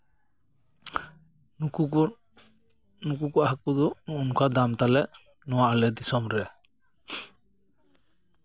ᱩᱱᱠᱩ ᱠᱚ ᱦᱟᱹᱠᱩ ᱫᱚ ᱚᱱᱠᱟ ᱫᱟᱢ ᱛᱟᱞᱮ ᱱᱚᱣᱟ ᱟᱞᱮ ᱫᱤᱥᱚᱢ ᱨᱮ